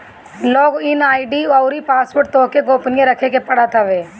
log in ID अउरी password तोहके गोपनीय रखे के पड़त हवे